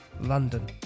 London